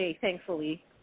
thankfully